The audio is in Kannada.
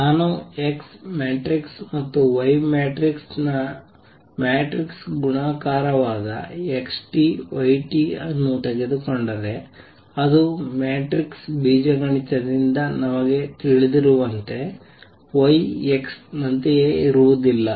ನಾನು X ಮ್ಯಾಟ್ರಿಕ್ಸ್ ಮತ್ತು Y ಮ್ಯಾಟ್ರಿಕ್ಸ್ನ ಮ್ಯಾಟ್ರಿಕ್ಸ್ ಗುಣಾಕಾರವಾದ x y ಅನ್ನು ತೆಗೆದುಕೊಂಡರೆ ಅದು ಮ್ಯಾಟ್ರಿಕ್ಸ್ ಬೀಜಗಣಿತದಿಂದ ನಮಗೆ ತಿಳಿದಿರುವಂತೆ Y X ನಂತೆಯೇ ಇರುವುದಿಲ್ಲ